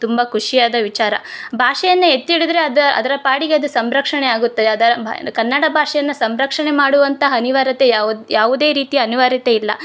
ತುಂಬ ಖುಷಿಯಾದ ವಿಚಾರ ಭಾಷೆಯನ್ನ ಎತ್ತಿ ಹಿಡಿದ್ರೆ ಅದರ ಪಾಡಿಗೆ ಅದು ಸಂರಕ್ಷಣೆ ಆಗುತ್ತೆ ಅದರ ಕನ್ನಡ ಭಾಷೆಯನ್ನ ಸಂರಕ್ಷಣೆ ಮಾಡುವಂತಹ ಅನಿವಾರ್ಯತೆ ಯಾವುದೇ ರೀತಿ ಅನಿವಾರ್ಯತೆ ಇಲ್ಲ